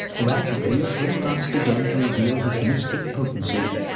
gradually, shrinivas began to reveal his mystic potency,